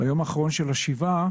ביום האחרון של השבעה